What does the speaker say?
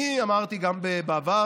אני אמרתי גם בעבר,